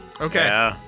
Okay